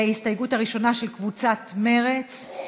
להסתייגות הראשונה של קבוצת סיעת מרצ,